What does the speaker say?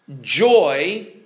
joy